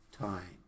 time